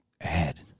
ahead